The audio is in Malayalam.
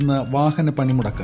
ഇന്ന് വാഹന പണിമുടക്ക്